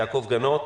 יעקב גנות,